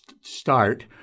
start